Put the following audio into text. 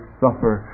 suffer